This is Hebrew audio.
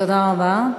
תודה רבה.